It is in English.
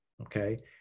Okay